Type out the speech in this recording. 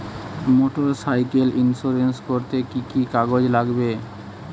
Motorcycle insurance করতে কি কি কাগজ লাগবে?